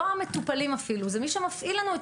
לא המטופלים אפילו זה מי שמפעיל לנו את